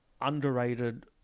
underrated